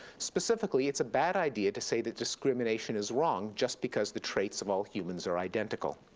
specifically, it's a bad idea to say that discrimination is wrong just because the traits of all humans are identical.